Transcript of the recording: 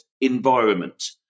environment